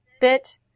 bit